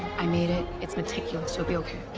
i made it. it's meticulous. you'll be okay.